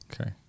Okay